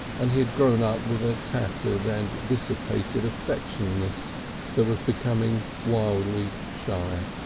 and he had grown up with a tattered and dissipated affectionateness that was becoming wildly shy.